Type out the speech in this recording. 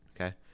okay